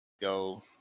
go